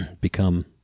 become